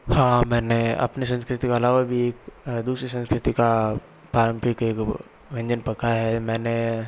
हाँ मैंने अपनी संस्कृति के अलावा भी एक दूसरी संस्कृति का पारम्परिक एक व्यंजन पकाया है मैंने